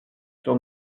sur